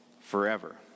forever